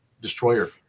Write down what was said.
Destroyer